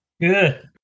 Good